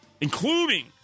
including